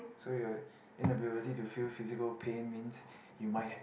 so your inability to feel physical pain means you might have